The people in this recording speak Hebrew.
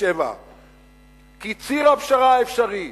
כי ציר הפשרה האפשרי,